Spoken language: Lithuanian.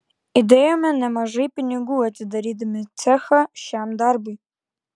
įdėjome nemažai pinigų atidarydami cechą šiam darbui